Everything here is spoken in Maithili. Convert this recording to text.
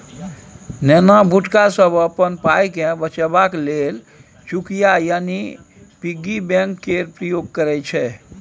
नेना भुटका सब अपन पाइकेँ बचेबाक लेल चुकिया यानी पिग्गी बैंक केर प्रयोग करय छै